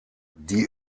die